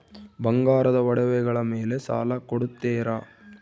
ಬಂಗಾರದ ಒಡವೆಗಳ ಮೇಲೆ ಸಾಲ ಕೊಡುತ್ತೇರಾ?